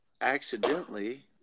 accidentally